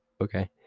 okay